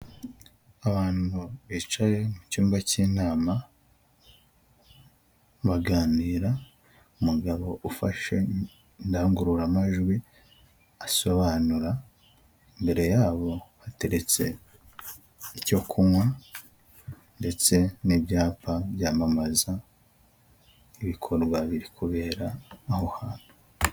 Abantu bicaye mu cyumba cy'inama baganira, umugabo ufashe indangururamajwi asobanura, imbere yabo hateretse icyo kunywa ndetse n'ibyapa byamamaza ibikorwa birikubera aho hantu.